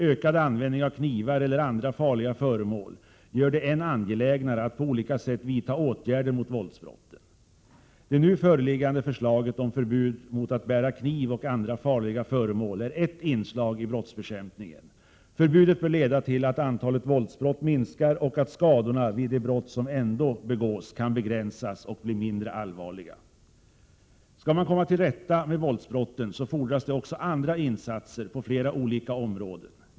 Ökad användning av knivar eller andra farliga föremål gör det än angelägnare att på olika sätt vidta åtgärder mot våldsbrotten. Det nu föreliggande förslaget om förbud mot att bära kniv och andra farliga föremål är ett inslag i brottsbekämpningen. Förbudet bör leda till att antalet våldsbrott minskar och att skadorna vid de brott som ändå begås kan begränsas och bli mindre allvarliga. Skall man komma till rätta med våldsbrotten fordras det också andra insatser på flera olika områden.